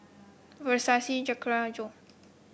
Vessie Zachariah and Joey